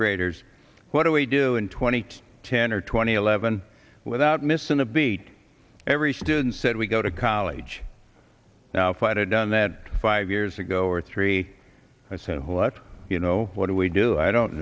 graders what do we do in twenty ten or twenty eleven without missing a beat every student said we go to college now fight i've done that five years ago or three i said let's you know what do we do i don't